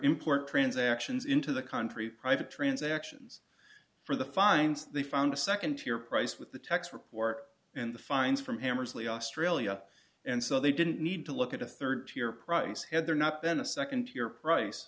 important transactions into the country private transactions for the fines they found a second tier price with the tech's report and the fines from hammersley australia and so they didn't need to look at a third tier price had there not been a second tier price